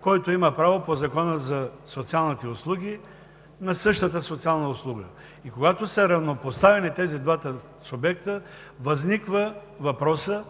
който има право по Закона за социалните услуги на същата социална услуга. И когато са равнопоставени тези двата субекта, възниква въпросът: